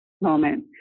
moment